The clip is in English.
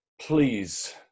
please